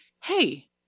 Hey